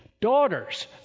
daughters